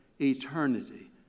eternity